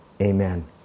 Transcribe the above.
amen